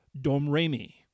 Domremy